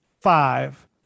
five